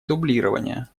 дублирования